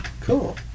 Cool